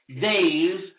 days